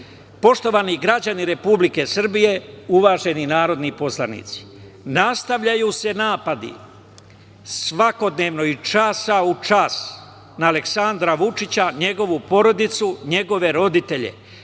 podacima. Poštovani građani Republike Srbije, uvaženi narodni poslanici, nastavljaju se napadi svakodnevno, iz časa u čas, na Aleksandra Vučića, njegovu porodicu, njegove roditelje.